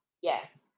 yes